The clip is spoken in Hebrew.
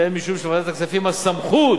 והן משום שלוועדת הכספים הסמכות,